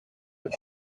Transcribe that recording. its